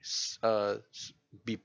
s~ uh s~ be